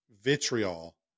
vitriol